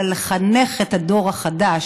אלא זה לחנך את הדור החדש,